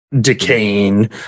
decaying